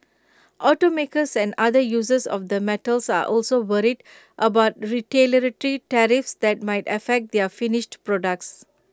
automakers and other users of the metals are also worried about retaliatory tariffs that might affect their finished products